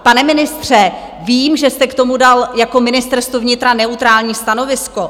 Pane ministře, vím, že jste k tomu dal jako Ministerstvo vnitra neutrální stanovisko.